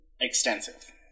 Extensive